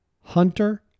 Hunter